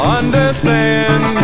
understand